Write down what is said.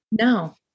No